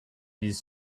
his